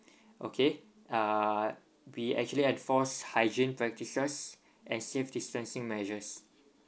okay uh we actually enforced hygiene practices and safe distancing measures